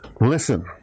Listen